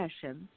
sessions